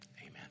Amen